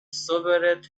sobered